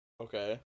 Okay